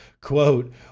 Quote